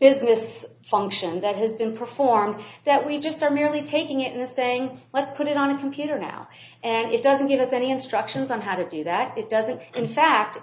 business function that has been performed that we just are merely taking it in the saying let's put it on a computer now and it doesn't give us any instructions on how to do that it doesn't in fact